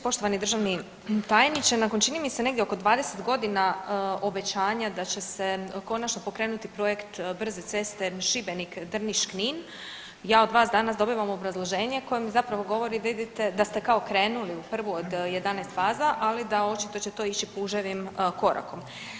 Poštovani državni tajniče, nakon čini mi se negdje oko 20.g. obećanja da će se konačno pokrenuti projekt brze ceste Šibenik-Drniš-Knin ja od vas danas dobivam obrazloženje koje mi zapravo govori da idete, da ste kao krenuli u prvu od 11 faza, ali da očito će to ići puževim korakom.